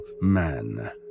man